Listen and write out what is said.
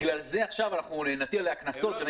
בגלל זה עכשיו נטיל עליה קנסות?